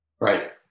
Right